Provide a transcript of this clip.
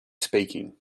speaking